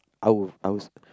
I would I would